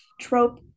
trope